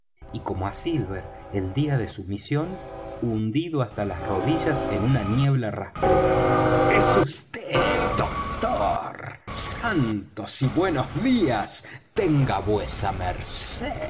y como á silver el día de su misión hundido hasta las rodillas en una niebla rastrera es vd doctor santos y buenos días tenga vuesa merced